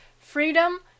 freedom